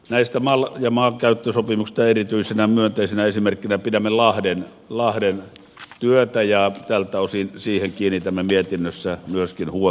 näistä mal ja maankäyttösopimuksista erityisenä myönteisenä esimerkkinä pidämme lahden työtä ja tältä osin siihen kiinnitämme mietinnössä myöskin huomiota